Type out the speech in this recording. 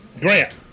Grant